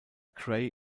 grey